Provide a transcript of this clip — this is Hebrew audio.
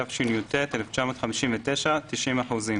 התשי"ט 1959‏ 90 אחוזים,